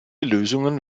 lösungen